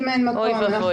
אם אין מקום --- אוי ואבוי.